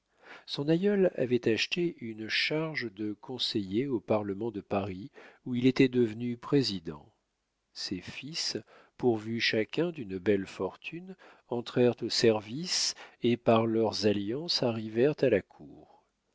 son aïeul avait acheté une charge de conseiller au parlement de paris où il était devenu président ses fils pourvus chacun d'une belle fortune entrèrent au service et par leurs alliances arrivèrent à la cour